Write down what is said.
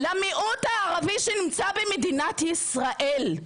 למיעוט הערבי שנמצא במדינת ישראל?